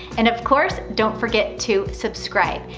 and of course, don't forget to subscribe.